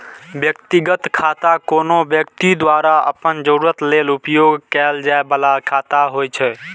व्यक्तिगत खाता कोनो व्यक्ति द्वारा अपन जरूरत लेल उपयोग कैल जाइ बला खाता होइ छै